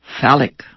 phallic